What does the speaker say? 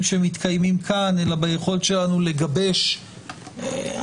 שמתקיימים כאן אלא ביכולת שלנו לגבש הסכמה,